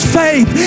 faith